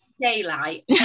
daylight